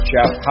Jeff